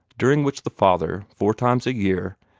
during which the father, four times a year,